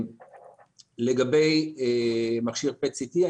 לגבי מכשיר PET CT,